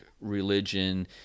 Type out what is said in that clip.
religion